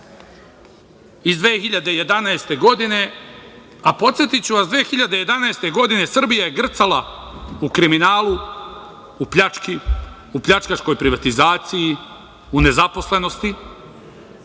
iz 2011. godine. Podsetiću vas, 2011. godine Srbija je grcala u kriminalu, u pljački, u pljačkaškoj privatizaciji, u nezaposlenosti,